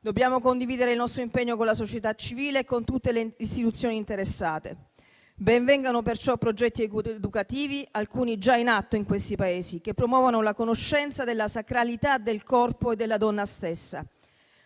Dobbiamo condividere il nostro impegno con la società civile e con tutte le istituzioni interessate. Ben vengano perciò progetti educativi, alcuni già in atto in quei Paesi, che promuovano la conoscenza della sacralità del corpo e della donna stessa,